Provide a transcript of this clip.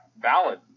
valid